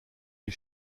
est